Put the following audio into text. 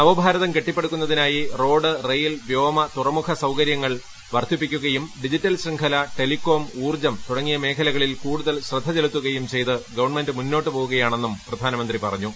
നവഭാരതം കെട്ടിപ്പടുക്കുന്ന തിനായി road rail വ്യോമ തുറമുഖം തുടങ്ങിയ അടിസ്ഥാന സൌകരൃങ്ങൾ വർദ്ധിപ്പിക്കുകയും ഡിജിറ്റൽ ശൃംഖല ടെലികോം ഊർജ്ജം തുടങ്ങിയ മേഖലകളിൽ കൂടുതൽ ശ്രദ്ധ ചെലുത്തുകയും ചെയ്ത് ഗവൺമെന്റ് മുന്നോട്ട് പോകുകയാണെ ന്നും പ്രധാനമന്ത്രി പറഞ്ഞു